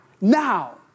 Now